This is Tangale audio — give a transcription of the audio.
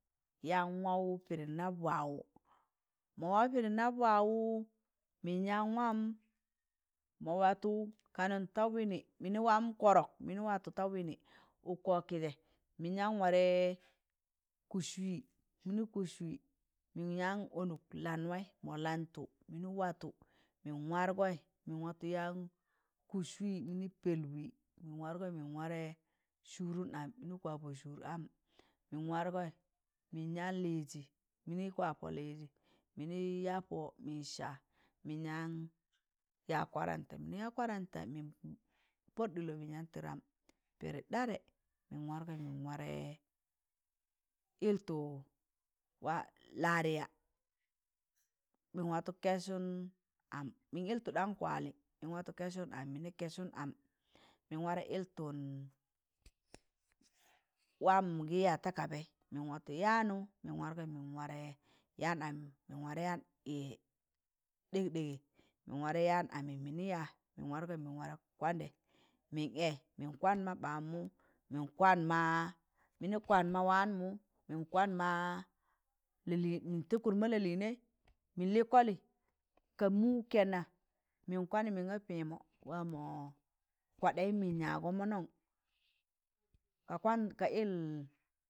Yaan waụ pịdị nab waụ ma waụ pịdị nab waụ mịn yaan wam ma watọ kanụn ta wịnị mịnị wam kọrọk mịnị watọ ta waịnị ọk kọk kịjẹ mịn yaan warẹ kụs wẹẹ mịni kụs wẹẹ mịn yaan ọnụk lanwaị mọ lantọ mịnị watọ mịn wargọị mịn watọ yaan kụs wịị mịnị pẹẹl wịị mịn wargọị mịn warẹ sụụrụn am mịnị kịna pọ sụụr am mịn wargọị mịn yaan lịịzị mịnị kwa pọ lịịzị, mịn ya pọ mịn saa mịn yaaan yan kwaranta mịn kwaranta mịn pọd ɗịlọ mịn yaan tịdamụ. Pịdị ɗarẹ mịn wargọị mịn warẹ yịlltọ la- lariya mịn watọ kẹẹsụn am mịn yịltọ ɗankwali mịn watọ kẹẹsụn am mịn warẹ ịltọn waam gị yaa ta kabaị mịn watọ yaanị mịn wargọị mịn warẹ yaan amị mịn warẹ yaan ɗịkɗịgị mịn wargọ yaan amị mịnị yaa mịn wargọ kwandẹ mịn ẹẹ mịn kwam ma ɓabmu mịn kwan ma mịnị kwan ma waanmụ mịn kwan ma wịịn mịn tịkụt ma lalịnẹị mị lịị kọlị ka mụụ kẹn na mịn kwandẹ mịnga pẹẹmọ wamọ kwaɗayi mịn yaagọ mọnọn ka kwan ka ịl.